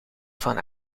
van